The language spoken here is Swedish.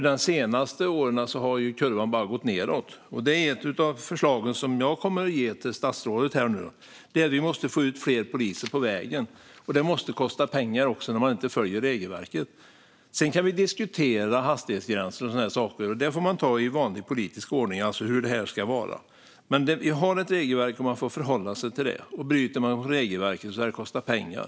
De senaste åren har kurvan bara gått nedåt. Ett av de förslag som jag nu kommer att ge till statsrådet är att få ut fler poliser på vägen. Det måste vi få, och det måste kosta pengar när man inte följer regelverket. Sedan kan vi diskutera hastighetsgränser och sådana saker; det får man ta i vanlig politisk ordning och reda ut hur det ska vara. Men vi har ett regelverk, och man ska förhålla sig till det. Om man bryter mot regelverket ska det kosta pengar.